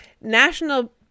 national